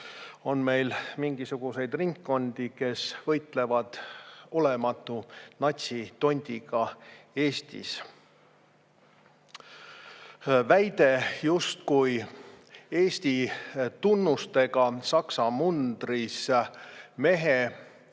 on meil mingisuguseid ringkondi, kes võitlevad Eestis olematu natsitondiga. Väide, justkui Eesti tunnustega Saksa mundris mees,